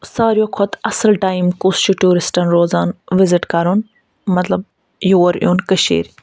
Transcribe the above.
سارِویو کھۄتہٕ اَصٕل ٹایِم کُس چھُ ٹوٗرسٹَن روزان وِزِٹ کَرُن مطلب یور یُن کٔشیٖرِ